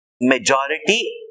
majority